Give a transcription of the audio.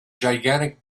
gigantic